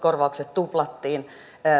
tuplattiin aloitettiin työ ja